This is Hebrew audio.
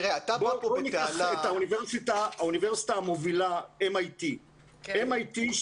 בואו ניקח את האוניברסיטה המובילה MIT. MIT,